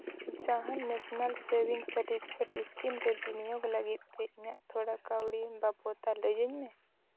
ᱡᱟᱦᱟᱱ ᱱᱮᱥᱱᱟᱞ ᱥᱮᱹᱵᱷᱤᱝ certificate scheme ᱨᱮ ᱵᱤᱱᱤᱭᱳᱜᱽ ᱞᱟᱹᱜᱤᱫ ᱛᱮ ᱤᱧᱟᱹᱜ ᱛᱷᱚᱲᱟ ᱠᱟᱹᱣᱰᱤ ᱵᱟᱵᱚᱫᱽᱫᱟ ᱞᱟᱹᱭᱟᱹᱧ ᱢᱮ